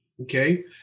okay